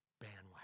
bandwagon